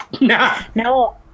No